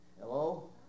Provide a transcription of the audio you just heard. hello